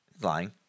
Lying